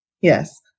yes